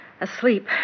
Asleep